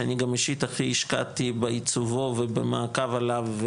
שאני גם אישית הכי השקעתי בעיצובו ובמעקב עליו,